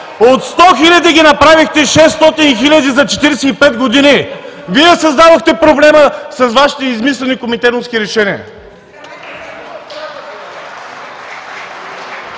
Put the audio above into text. От 100 хил. ги направихте 600 хил. за 45 години! Вие създадохте проблема с Вашите измислени коминтерновски решения!